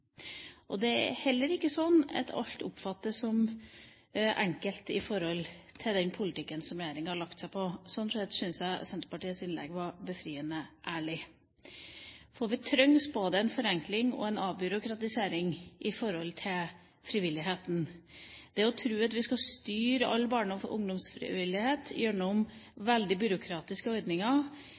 Det er heller ikke sånn at alt oppfattes som enkelt i forhold til den politikken som regjeringa har lagt seg på. Sånn sett syns jeg Senterpartiets innlegg var befriende ærlig. For det trengs både en forenkling og en avbyråkratisering i forhold til frivilligheten. Det å tro at vi skal styre all barne- og ungdomsfrivillighet gjennom veldig byråkratiske ordninger,